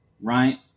right